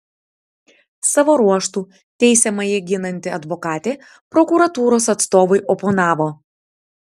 savo ruožtu teisiamąjį ginanti advokatė prokuratūros atstovui oponavo